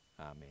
amen